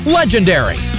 legendary